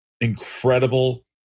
incredible